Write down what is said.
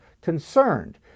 concerned